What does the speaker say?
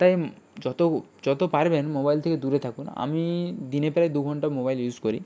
তাই যত যত পারবেন মোবাইল থেকে দূরে থাকুন আমি দিনে প্রায় দু ঘণ্টা মোবাইল ইউজ করি